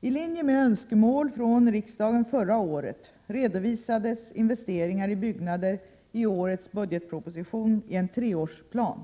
I linje med önskemål från riksdagen förra året redovisades investeringar i byggnader i årets budgetproposition i en treårsplan.